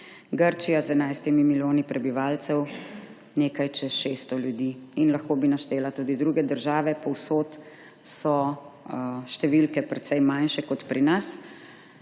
Grčija z 11 milijoni prebivalcev nekaj čez 600 ljudi. In lahko bi naštela tudi druge države, povsod so številke precej manjše kot pri nas,